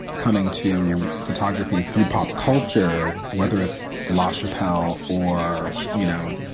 coming to photography through pop culture, whether it's lachapelle or, you know,